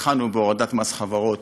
התחלנו בהורדת מס חברות.